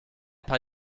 paar